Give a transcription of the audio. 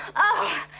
oh,